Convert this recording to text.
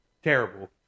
Terrible